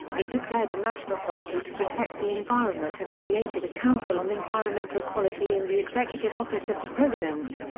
it declared a national policy to protect the environment and created a council on environmental quality in the executive office of the president.